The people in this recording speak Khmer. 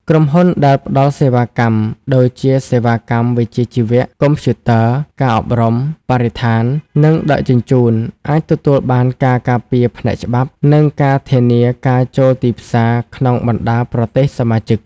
ក្រុមហ៊ុនដែលផ្តល់សេវាកម្ម ដូចជាសេវាកម្មវិជ្ជាជីវៈ កុំព្យូទ័រ ការអប់រំ បរិស្ថាន និងដឹកជញ្ជូន អាចទទួលបានការការពារផ្នែកច្បាប់ និងការធានាការចូលទីផ្សារក្នុងបណ្តាប្រទេសសមាជិក។